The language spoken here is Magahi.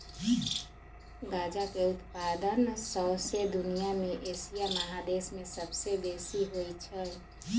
गजा के उत्पादन शौसे दुनिया में एशिया महादेश में सबसे बेशी होइ छइ